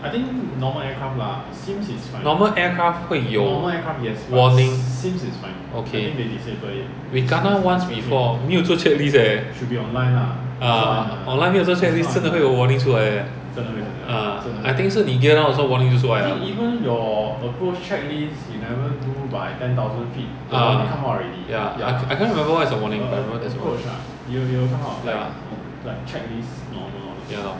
你是讲 base 的时候 right !huh! actually for me I straightaway take already I don't care whether got tail or no tail I just straightaway take once I perpendicular direction ah while I'm turning I don't take but once I'm perpendicular but I don't usually do perpendicular I do a continuous turn ah